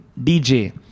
DJ